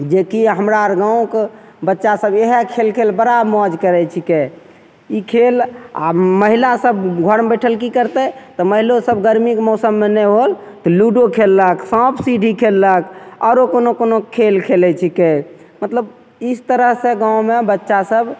जेकि हमरा अर गाँवके बच्चा सब ईएह खेल बड़ा मौज करय छीकै ई खेल आब महिला सब घरमे बैठल की करतय तऽ महिलो सब गरमीके मौसममे नहि होल तऽ लूडो खेललक साँप सीढ़ी खेललक आरो कोनो कोनो खेल खेलय छीकै मतलब ई तरहसँ गाँवमे बच्चा सब